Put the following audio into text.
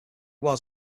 was